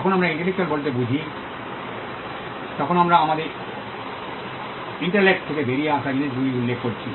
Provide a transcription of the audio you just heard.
যখন আমরা ইন্টেলেকচুয়াল বলতে বোঝি তখন আমরা আমাদের ইন্টেলিক্ট থেকে বেরিয়ে আসা জিনিসগুলিকে উল্লেখ করেছি